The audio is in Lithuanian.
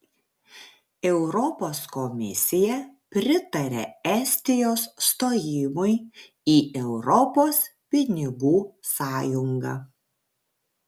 europos komisija pritaria estijos stojimui į europos pinigų sąjungą